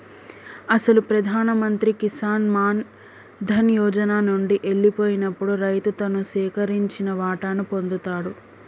అసలు ప్రధాన మంత్రి కిసాన్ మాన్ ధన్ యోజన నండి ఎల్లిపోయినప్పుడు రైతు తను సేకరించిన వాటాను పొందుతాడు